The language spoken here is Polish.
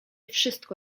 wszystko